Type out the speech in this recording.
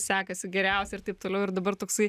sekasi geriausiai ir taip toliau ir dabar toksai